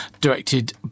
directed